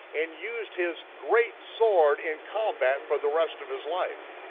and used his great sword in combat for the rest of his life.